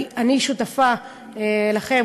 אני שותפה לכם,